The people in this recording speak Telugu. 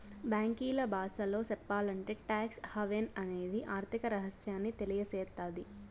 బ్యాంకీల బాసలో సెప్పాలంటే టాక్స్ హావెన్ అనేది ఆర్థిక రహస్యాన్ని తెలియసేత్తది